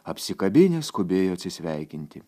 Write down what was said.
apsikabinę skubėjo atsisveikinti